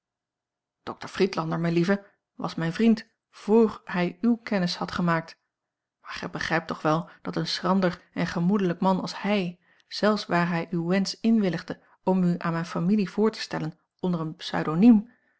dokter friedlander melieve was mijn vriend vr hij uwe kennis had gemaakt maar gij begrijpt toch wel dat een schrander en gemoedelijk man als hij zelfs waar hij uw wensch inwilligde om u aan mijne familie voor te stellen onder een pseudoniem